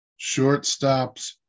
Shortstops